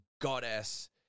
goddess